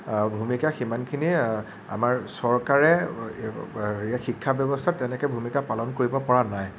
ভূমিকা সিমানখিনি আমাৰ চৰকাৰে শিক্ষা ব্যৱস্থাত সিমানখিনি ভূমিকা পালন কৰিব পৰা নাই